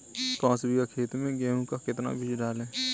पाँच बीघा खेत में गेहूँ का कितना बीज डालें?